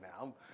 now